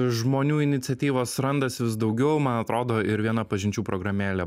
žmonių iniciatyvos randas vis daugiau man atrodo ir viena pažinčių programėlė